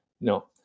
No